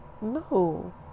no